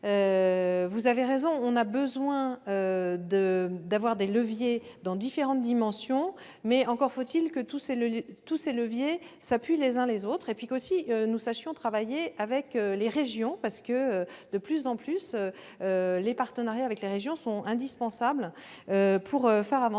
vous avez raison : nous avons certes besoin de leviers dans différentes dimensions, encore faut-il que tous ces leviers s'appuient les uns les autres. Il faut aussi que nous sachions travailler avec les régions. De plus en plus, les partenariats avec les régions sont indispensables pour faire avancer